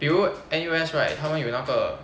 比如 N_U_S right 他们有那个